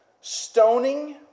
Stoning